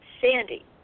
Sandy